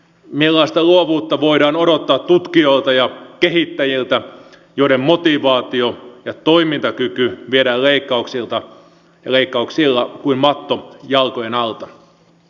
millaista luovuutta voidaan odottaa tutkijoilta ja kehittäjiltä joiden motivaatio ja toimintakyky viedään leikkauksilla kuin matto jalkojen alta